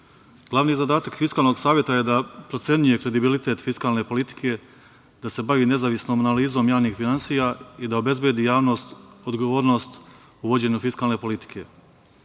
tela. Glavni zadatak Fiskalnog saveta je da procenjuje kredibilitet fiskalne politike, da se bavi nezavisnom analizom javnih finansija i da obezbedi javnost, odgovornost uvođenjem fiskalne politike. Fiskalni